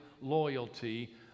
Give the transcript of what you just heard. loyalty